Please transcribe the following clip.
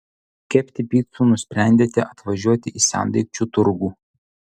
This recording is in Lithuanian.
kepti picų nusprendėte atvažiuoti į sendaikčių turgų